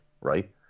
right